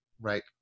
right